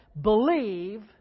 Believe